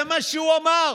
זה מה שהוא אמר.